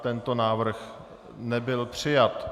Tento návrh nebyl přijat.